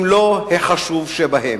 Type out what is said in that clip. אם לא החשוב שבהם.